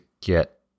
get